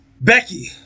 Becky